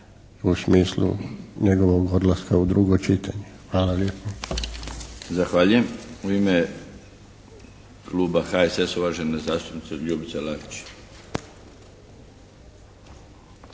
u smislu njegovog odlaska u drugo čitanje. Hvala lijepo. **Milinović, Darko (HDZ)** Zahvaljujem. U ime kluba HSS-a, uvažena zastupnica Ljubica Lalić.